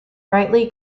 brightly